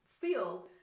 field